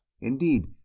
indeed